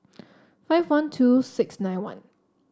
five one two six nine one